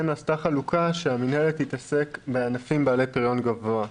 נעשתה חלוקה שהמינהלת תתעסק בענפים בעלי פריון גבוה,